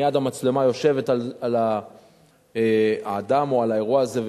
מייד המצלמה יושבת על האדם או על האירוע הזה,